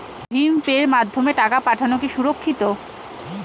ভিম পের মাধ্যমে টাকা পাঠানো কি সুরক্ষিত?